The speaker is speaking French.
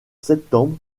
septembre